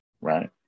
right